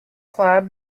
club